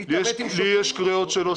לי יש קריאות שלו,